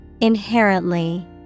Inherently